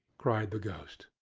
cried the ghost.